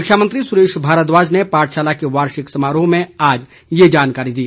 शिक्षा मंत्री सुरेश भारद्वाज ने पाठशाला के वार्षिक समारोह में आज यह जानकारी दी